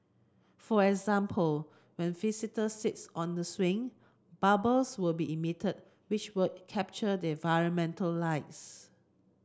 for example when visitors sits on the swing bubbles will be emitted which will capture the environmental lights